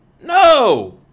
no